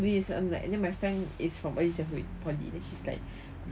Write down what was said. I'm like then my friend is from early childhood poly then she is like